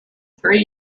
three